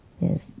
yes